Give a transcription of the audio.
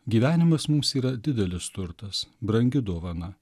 gyvenimas mums yra didelis turtas brangi dovana